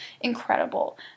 incredible